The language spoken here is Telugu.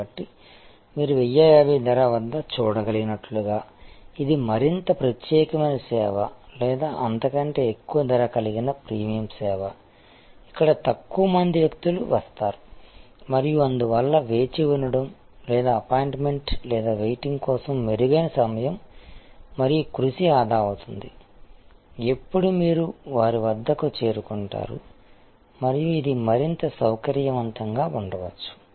కాబట్టి మీరు 1050 ధర వద్ద చూడగలిగినట్లుగా ఇది మరింత ప్రత్యేకమైన సేవ లేదా అంతకంటే ఎక్కువ ధర కలిగిన ప్రీమియం సేవ ఇక్కడ తక్కువ మంది వ్యక్తులు వస్తారు మరియు అందువల్ల వేచి ఉండడం లేదా అపాయింట్మెంట్ లేదా వెయిటింగ్ కోసం మెరుగైన సమయం మరియు కృషి ఆదా అవుతుంది ఎప్పుడు మీరు వారి వద్దకు చేరుకుంటారు మరియు ఇది మరింత సౌకర్యవంతంగా ఉండవచ్చు